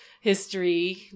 history